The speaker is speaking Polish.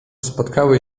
spotkały